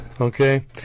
okay